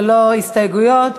ולא הסתייגויות,